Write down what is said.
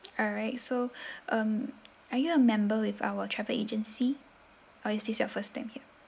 alright so um are you a member with our travel agency or is this your first time here